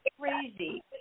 crazy